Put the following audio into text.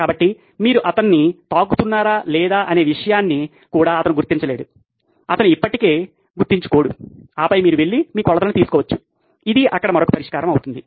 కాబట్టి మీరు అతన్ని తాకుతున్నారా లేదా అనే విషయాన్ని కూడా అతను గుర్తించలేడు అతను ఎప్పటికీ గుర్తుంచుకోడు ఆపై మీరు వెళ్లి మీ కొలతలను తీసుకోవచ్చు అది అక్కడ మరొక పరిష్కారం అవుతుంది